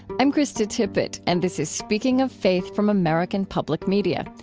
i'm krista tippett, and this is speaking of faith from american public media.